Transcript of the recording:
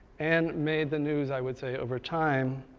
and made the news, i would say, over time,